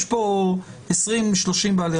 אני רואה שיש כאן בעיה בסדר הדברים של התקנות.